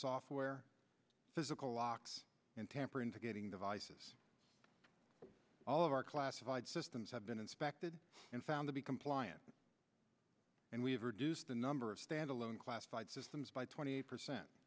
software physical locks and tamper into getting devices all of our classified systems have been inspected and found to be compliant and we have reduced the number of standalone classified systems by twenty